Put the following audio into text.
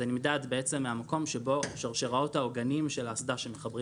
זה נמדד בעצם מהמקום שבו שרשראות העוגנים של האסדה שמחברים